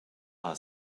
are